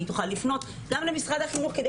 והיא תוכל לפנות גם למשרד החינוך כדי